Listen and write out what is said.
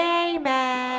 amen